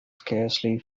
scarcely